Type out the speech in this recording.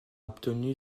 obtenu